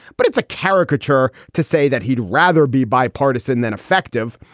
but it's a caricature to say that he'd rather be bipartisan than effective.